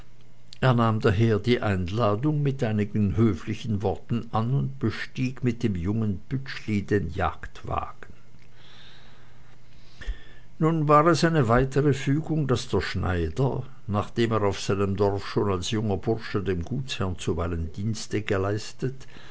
er nahm daher die einladung mit einigen höflichen worten an und bestieg mit dem jungen pütschli den jagdwagen nun war es eine weitere fügung daß der schneider nachdem er auf seinem dorfe schon als junger bursch dem gutsherren zuweilen dienste geleistet